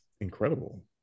incredible